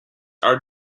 are